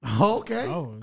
Okay